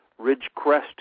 Ridgecrest